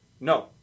No